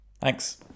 Thanks